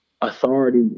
authority